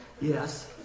Yes